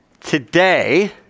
today